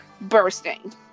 bursting